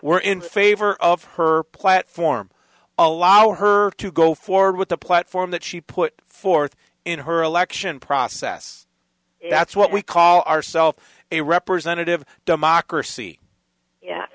were in favor of her platform allow her to go forward with the platform that she put forth in her election process that's what we call ourself a representative democracy